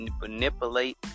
manipulate